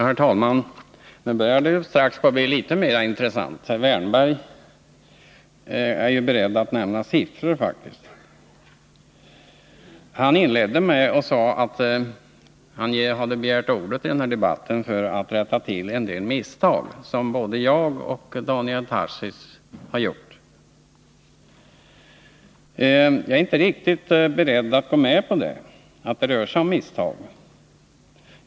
Herr talman! Nu börjar det strax bli litet mer intressant — Erik Wärnberg är ju faktiskt beredd att nämna siffror. Han inledde med att säga att han hade begärt ordet i denna debatt för att rätta till en del misstag som både jag och Daniel Tarschys hade gjort. Jag är inte riktigt beredd att gå med på att det rör sig om misstag.